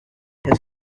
his